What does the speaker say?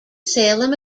salem